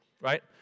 right